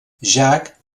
jack